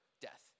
death